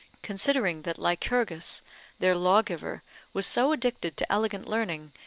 considering that lycurgus their lawgiver was so addicted to elegant learning,